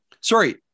Sorry